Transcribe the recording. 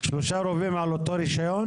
שלושה רובים על אותו רישיון?